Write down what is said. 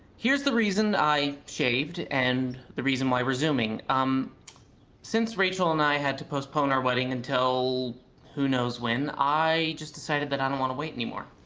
here's the reason i shaved and the reason why we're zooming, um since rachel and i had to postpone our wedding until who knows when, i just decided that i don't want to wait anymore.